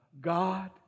God